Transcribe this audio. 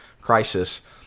crisis